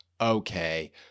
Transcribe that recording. Okay